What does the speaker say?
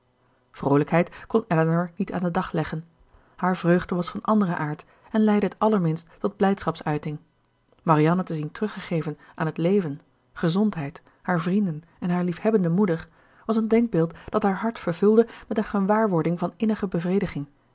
vroolijkheid kon elinor niet aan den dag leggen haar vreugde was van anderen aard en leidde het allerminst tot blijdschaps uiting marianne te zien teruggegeven aan het leven gezondheid haar vrienden en hare liefhebbende moeder was een denkbeeld dat haar hart vervulde met een gewaarwording van innige